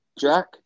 Jack